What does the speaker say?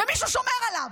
ומישהו שומר עליו.